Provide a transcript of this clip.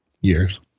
years